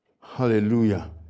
Hallelujah